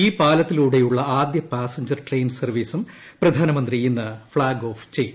ഈ പാലത്തിലൂടെയുള്ള ആദ്യ പാസഞ്ചർ ട്രെയിൻ സർവീസും പ്രധാനമന്ത്രി ഇന്ന് ഫ്ളാഗ് ഓഫ് ചെയ്യും